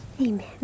Amen